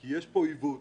כי יש פה עיוות